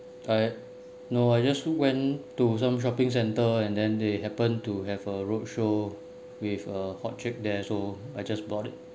I no I just went to some shopping centre and then they happen to have a roadshow with a hot chick there so I just bought it